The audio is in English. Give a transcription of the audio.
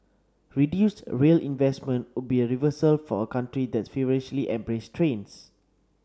reduced rail investment would be a reversal for a country that's feverishly embraced trains